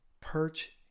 perch